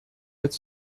could